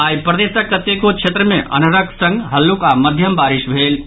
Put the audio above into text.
आई प्रदेशक कतेको क्षेत्र मे अन्हरक संग हल्लुक आ मध्यम बारिश भेल अछि